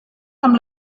amb